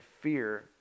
fear